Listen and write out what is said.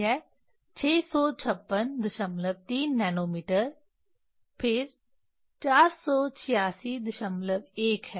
यह 6563 नैनोमीटर फिर 4861 है